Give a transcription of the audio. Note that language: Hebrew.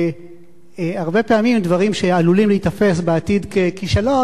הרבה פעמים דברים שעלולים להיתפס בעתיד ככישלון,